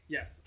Yes